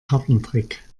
kartentrick